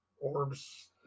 orbs